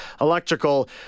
electrical